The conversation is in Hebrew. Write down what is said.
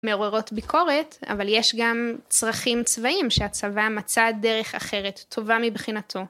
מעוררות ביקורת אבל יש גם צרכים צבאיים שהצבא מצא דרך אחרת טובה מבחינתו.